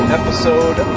episode